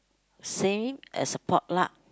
same as potluck